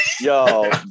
Yo